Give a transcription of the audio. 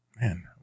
man